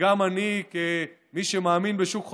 וגם אני, כמי שמאמין בשוק חופשי,